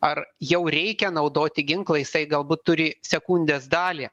ar jau reikia naudoti ginklą jisai galbūt turi sekundės dalį